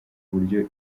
kuburyo